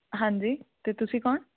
ਹਾਂਜੀ ਅਤੇ ਤੁਸੀਂ ਕੌਣ